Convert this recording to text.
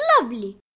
lovely